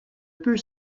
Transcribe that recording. peut